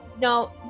no